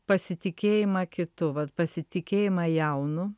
pasitikėjimą kitu vat pasitikėjimą jaunu